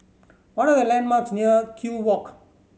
what are the landmarks near Kew Walk